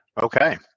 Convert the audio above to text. Okay